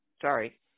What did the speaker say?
sorry